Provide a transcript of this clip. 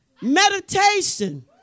Meditation